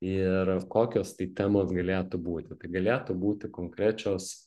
ir kokios tai temos galėtų būti tai galėtų būti konkrečios